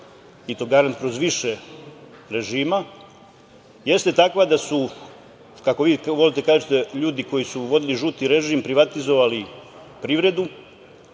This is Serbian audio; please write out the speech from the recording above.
i to garant kroz više režima, jeste takva da su, kako vi to volite da kažete, ljudi koji su vodili žuti režim privatizovali privredu,